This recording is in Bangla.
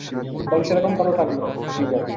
ঠিক আছে তাহলে সেরকম কথা থাকল ঠিক আছে